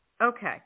Okay